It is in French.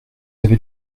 avez